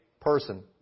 person